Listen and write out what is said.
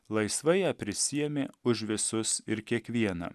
laisvai prisiėmė už visus ir kiekvieną